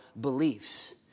beliefs